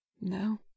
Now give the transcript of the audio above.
No